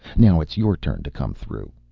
now it's your turn to come through.